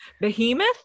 Behemoth